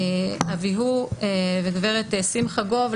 מר אביהו וגברת שמחה גוב,